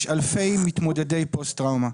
יש אלפי מתמודדי פוסט טראומה,